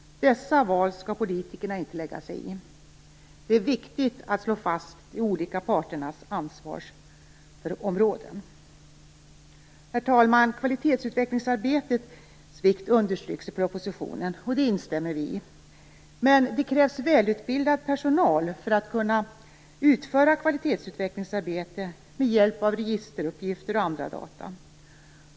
Dessa val skall politikerna inte lägga sig i. Det är viktigt att slå fast de olika parternas ansvarsområden. Herr talman! Kvalitetsutvecklingsarbetets vikt understryks i propositionen. Vi instämmer i detta, men det krävs välutbildad personal för att kunna utföra kvalitetsutvecklingsarbete med hjälp av registeruppgifter och andra data.